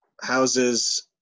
houses